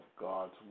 God's